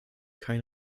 kein